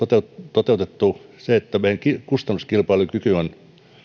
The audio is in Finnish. toteutettu meidän kustannuskilpailukykyämme on